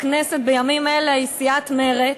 בכנסת בימים אלה היא סיעת מרצ.